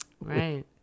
Right